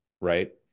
Right